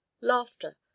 laughter